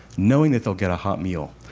knowing that they'll get a hot meal.